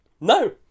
no